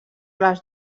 les